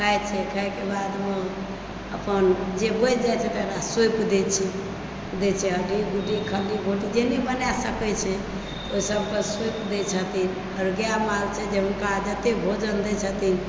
खाइत छै खायके बादमे अपन जे बचि जाइत छै तकरा सौँपि दैत छै हड्डी गुड्डी खण्डी खुण्डी जे नहि बनाए सकैत छै ओ सभके सौँपि दैत छथिन आओर गाय मालसँ जे हुनका जतेक भोजन दैत छथिन